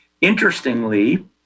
interestingly